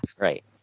right